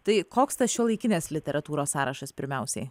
tai koks tas šiuolaikinės literatūros sąrašas pirmiausiai